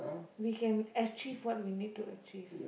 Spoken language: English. we can achieve what we need to achieve